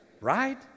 right